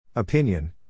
Opinion